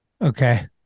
Okay